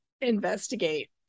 investigate